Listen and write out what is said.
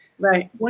Right